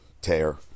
tear